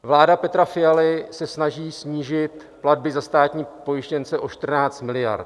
Vláda Petra Fialy se snaží snížit platby za státní pojištěnce o 14 miliard.